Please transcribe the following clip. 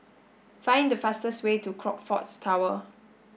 find the fastest way to Crockfords Tower